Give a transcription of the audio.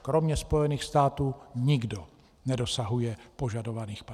Kromě Spojených států nikdo nedosahuje požadovaných parametrů.